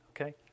okay